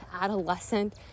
adolescent